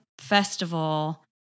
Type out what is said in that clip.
festival